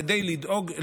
כדי לדאוג,